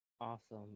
Awesome